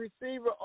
receiver